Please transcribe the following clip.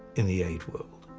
in the aid world.